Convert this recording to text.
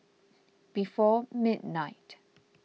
before midnight